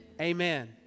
amen